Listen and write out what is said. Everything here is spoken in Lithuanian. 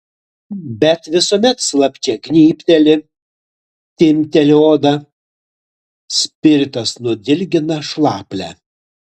bet visuomet slapčia gnybteli timpteli odą spiritas nudilgina šlaplę